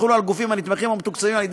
יחולו על גופים הנתמכים או המתוקצבים על-ידי